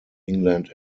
england